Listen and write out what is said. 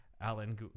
Alan